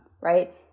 right